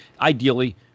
ideally